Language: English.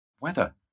weather